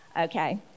okay